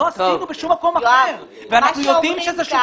לא עשינו בשום מקום אחר ואנחנו יודעים שזה משהו